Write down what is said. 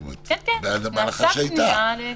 כן, נעשתה פנייה להיוועצות.